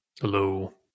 Hello